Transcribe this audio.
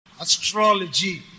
Astrology